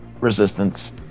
Resistance